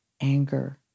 anger